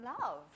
love